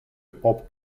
pop